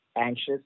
anxious